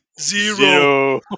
Zero